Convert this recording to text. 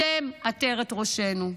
אתם עטרת ראשנו.